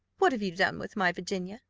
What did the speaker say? what have you done with my virginia?